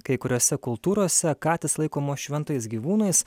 kai kuriose kultūrose katės laikomos šventais gyvūnais